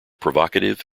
provocative